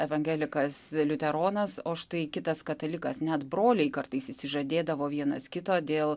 evangelikas liuteronas o štai kitas katalikas net broliai kartais išsižadėdavo vienas kito dėl